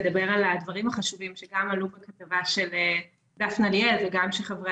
לדבר על הדברים החשובים שגם עלו בכתבה של דפנה ליאל וגם שחברי